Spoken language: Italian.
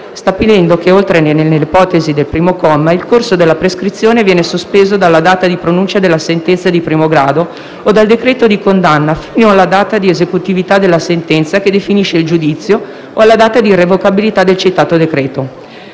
stabilendo che, oltre alle ipotesi di cui al comma 1, il corso della prescrizione venga sospeso dalla data di pronuncia della sentenza di primo grado o dal decreto di condanna fino alla data di esecutività della sentenza che definisce il giudizio, o alla data di irrevocabilità del citato decreto.